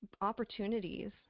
opportunities